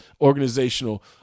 organizational